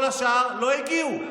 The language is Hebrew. כל השאר לא הגיעו.